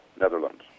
netherlands